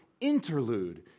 interlude